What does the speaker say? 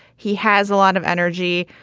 he has a lot of energy.